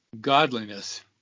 godliness